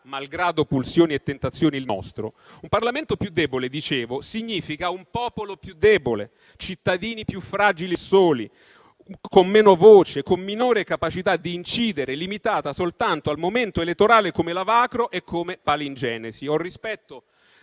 malgrado pulsioni e tentazioni, il nostro, significa un popolo più debole, cittadini più fragili e soli, con meno voce, con minore capacità di incidere, limitata soltanto al momento elettorale come lavacro e come palingenesi. Ho rispetto